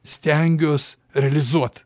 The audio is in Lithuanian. stengiuos realizuot